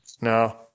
No